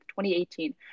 2018